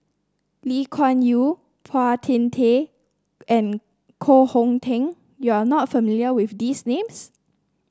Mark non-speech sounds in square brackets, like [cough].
Lee Kuan Yew Phua Thin [unintelligible] and Koh Hong Teng you are not familiar with these names